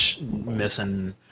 Missing